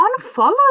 unfollow